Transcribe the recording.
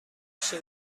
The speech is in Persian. بشه